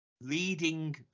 leading